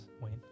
Wayne